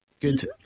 Good